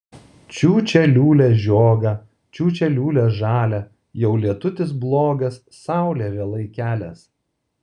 čiūčia liūlia žiogą čiūčia liūlia žalią jau lietutis blogas saulė vėlai kelias